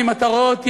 אם אתה רואה אותי,